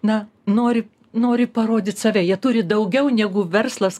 na nori nori parodyt save jie turi daugiau negu verslas